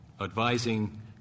advising